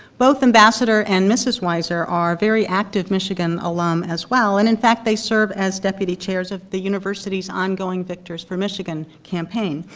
both ambassador and mrs. wiser are very active michigan alumni as well, and in fact they serve as deputy chairs of the university's ongoing victors for michigan campaign,